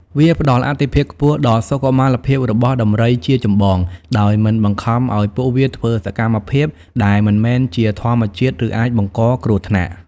វាផ្តល់អាទិភាពខ្ពស់ដល់ សុខុមាលភាពរបស់ដំរី ជាចម្បង ដោយមិនបង្ខំឲ្យពួកវាធ្វើសកម្មភាពដែលមិនមែនជាធម្មជាតិ ឬអាចបង្កគ្រោះថ្នាក់។